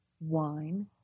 wine